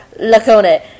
Lacone